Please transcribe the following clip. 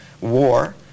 war